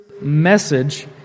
message